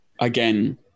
again